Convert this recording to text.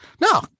No